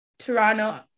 toronto